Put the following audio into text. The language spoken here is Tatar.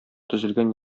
төзелгән